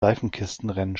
seifenkistenrennen